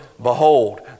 Behold